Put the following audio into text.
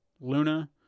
Luna